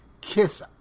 Kiss